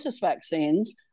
vaccines